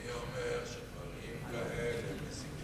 "צבי אומר שדברים כאלה מזיקים